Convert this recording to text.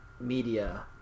media